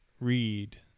read